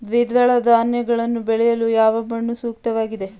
ದ್ವಿದಳ ಧಾನ್ಯಗಳನ್ನು ಬೆಳೆಯಲು ಯಾವ ಮಣ್ಣು ಸೂಕ್ತವಾಗಿದೆ?